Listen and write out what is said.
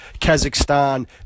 Kazakhstan